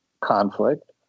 conflict